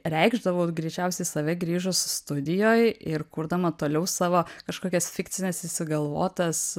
reikšdavau greičiausiai save grįžus studijoj ir kurdama toliau savo kažkokias fikcines išsigalvotas